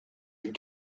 est